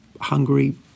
hungry